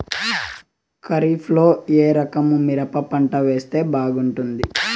ఖరీఫ్ లో ఏ రకము మిరప పంట వేస్తే బాగుంటుంది